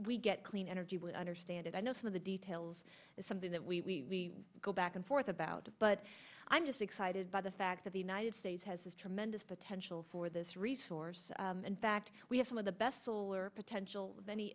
we get clean energy would understand it i know some of the details is something that we go back and forth about but i'm just excited by the fact of the united states has a tremendous potential for this resource in fact we have some of the best solar potential